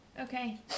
Okay